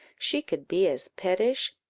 she could be as pettish,